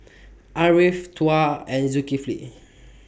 Ariff Tuah and Zulkifli